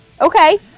Okay